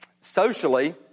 socially